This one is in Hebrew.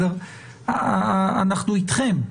אנחנו אתכם.